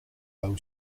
bow